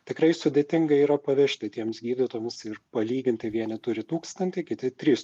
tikrai sudėtinga yra pavežti tiems gydytojams ir palyginti vieni turi tūkstantį kiti tris